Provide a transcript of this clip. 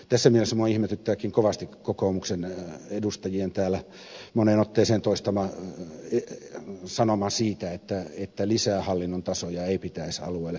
tässä mielessä minua ihmetyttääkin kovasti kokoomuksen edustajien täällä moneen otteeseen toistama sanoma siitä että lisää hallinnon tasoja ei pitäisi alueelle tulla